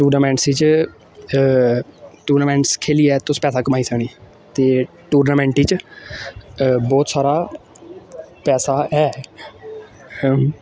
tournaments च tournaments खेलियै तुस पैसा कमाई सकने ते टूर्नामेंट च बहुत सारा पैसा ऐ